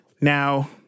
Now